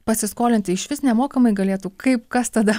pasiskolinti išvis nemokamai galėtų kaip kas tada